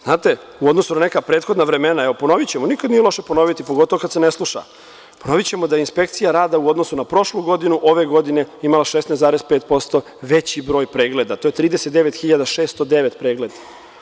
Znate, u odnosu na neka prethodna vremena, evo ponoviću, nikada nije loše ponoviti pogotovo kad se ne sluša, ponovićemo da inspekcija rada u odnosu na prošlu godinu ove godine imala 16,5% veći broj pregleda, to je 39.609 pregleda.